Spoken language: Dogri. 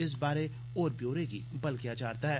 इस बारै होर ब्यौरे गी बलगेआ जा'रदा ऐ